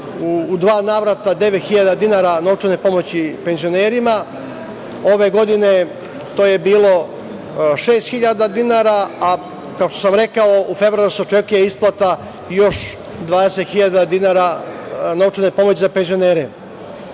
u dva navrata 9.000 dinara novčane pomoći penzionerima. Ove godine to je bilo 6.000 dinara, a kao što sam rekao u februaru se očekuje isplata još 20.000 dinara novčane pomoći za penzionere. Moram